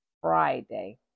friday